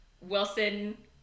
Wilson